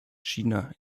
china